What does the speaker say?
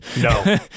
No